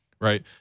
Right